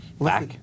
back